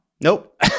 Nope